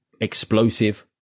Explosive